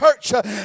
church